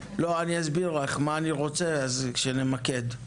אסביר לך מה אני רוצה, כדי שנתמקד.